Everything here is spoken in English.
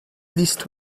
least